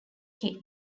kidd